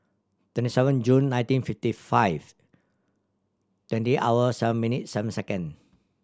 twenty seven June nineteen fifty five twenty hour seven minute seven second